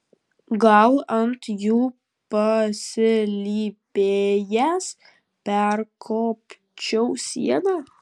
gal ant jų pasilypėjęs perkopčiau sieną